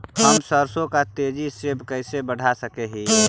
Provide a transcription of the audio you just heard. हम सरसों के तेजी से कैसे बढ़ा सक हिय?